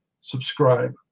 Subscribe